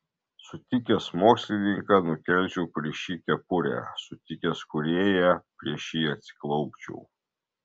sutikęs mokslininką nukelčiau prieš jį kepurę sutikęs kūrėją prieš jį atsiklaupčiau